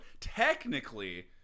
technically